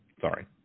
Sorry